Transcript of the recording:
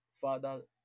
Father